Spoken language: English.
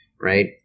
Right